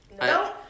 No